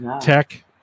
tech